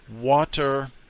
water